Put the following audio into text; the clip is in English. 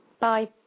Bye